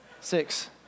six